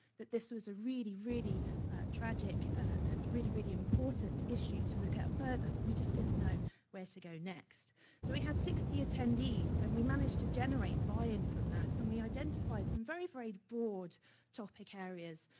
that this was a really, really tragic and really, really important issue to look at further but we just didn't know where to go next. so we had sixty attendees and we managed to generate buy-in from that and we identified very, very broad topic areas,